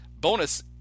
Bonus